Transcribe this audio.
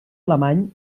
alemany